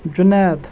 Junaid